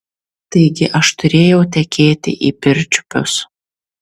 taigi aš turėjau tekėti į pirčiupius